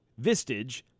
Vistage